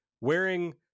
wearing